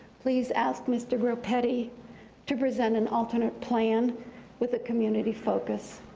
please, ask mr. groppetti to present an alternate plan with a community focus.